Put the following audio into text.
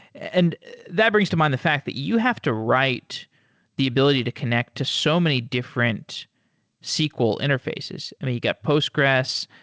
and that brings to mind the fact that you have to write the ability to connect to so many different sql interfaces. i mean, you got postgres.